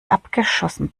abgeschossen